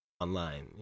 online